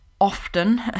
often